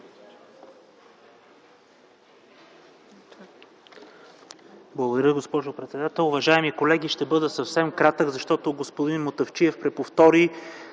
Благодаря, госпожо председател.